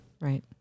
Right